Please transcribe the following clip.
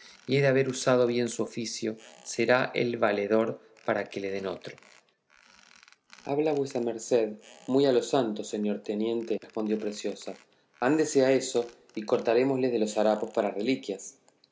y el haber usado bien su oficio será el valedor para que le den otro habla vuesa merced muy a lo santo señor teniente respondió preciosa ándese a eso y cortarémosle de los harapos para reliquias